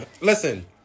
Listen